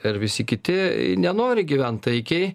ir visi kiti nenori gyvent taikiai